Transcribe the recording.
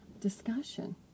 discussion